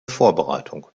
vorbereitung